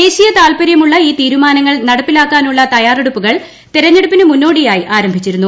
ദേശീയതാത്പര്യമുള്ള ഈ തീരുമാനങ്ങൾ നടപ്പിലാക്കാനുള്ളതയ്യാറെടുപ്പുകൾ തെരഞ്ഞെടുപ്പിന് മുന്നോടിയായിആരംഭിച്ചിരുന്നു